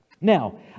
Now